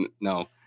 no